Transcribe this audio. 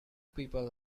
people